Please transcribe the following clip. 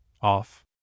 off